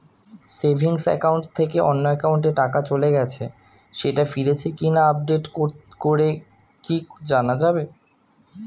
Savings account থেকে অন্য একাউন্টে টাকা চলে গেছে সেটা ফিরেছে কিনা আপডেট করে কি জানা যাবে?